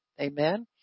amen